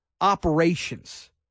operations